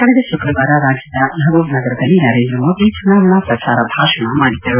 ಕಳೆದ ಕುಕ್ರವಾರ ರಾಜ್ಯದ ಮೆಹಬೂಬ್ನಗರದಲ್ಲಿ ನರೇಂದ್ರ ಮೋದಿ ಚುನಾವಣಾ ಪ್ರಚಾರ ಭಾಷಣ ಮಾಡಿದ್ದರು